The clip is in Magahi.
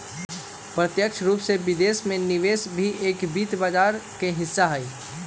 प्रत्यक्ष रूप से विदेश में निवेश भी एक वित्त बाजार के हिस्सा हई